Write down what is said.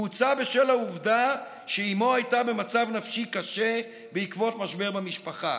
הוא הוצא בשל העובדה שאימו הייתה במצב נפשי קשה בעקבות משבר במשפחה.